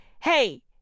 Hey